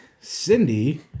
Cindy